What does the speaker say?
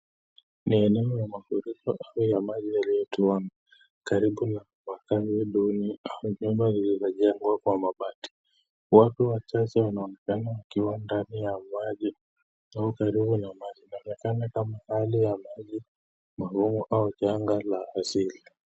Ni eneo la mafuriko au ya maji yaliyotuwama karibu na makazi duni au nyumba zilizojengwa kwa mabati. Watu wachache wanaonekana wakiwa ndani ya maji au karibu na makazi. Inaonekana kama hali ya maji magumu au janga la asili.